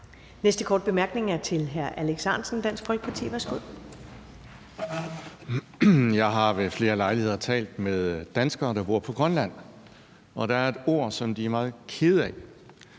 Næste korte bemærkning er til hr. Alex Ahrendtsen, Dansk Folkeparti. Værsgo. Kl. 20:43 Alex Ahrendtsen (DF): Jeg har ved flere lejligheder talt med danskere, der bor på Grønland. Og der er et ord, som de er meget kede af,